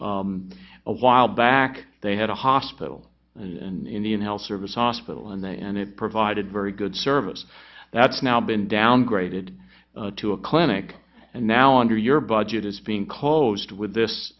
a while back they had a hospital and in the end health service ospital and then and it provided very good service that's now been downgraded to a clinic and now under your budget is being closed with this